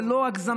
זו לא הגזמה.